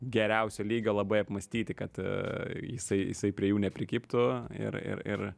geriausio lygio labai apmąstyti kad jisai jisai prie jų neprikibtų ir ir ir